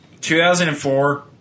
2004